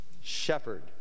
Shepherd